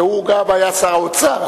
והוא גם היה שר האוצר,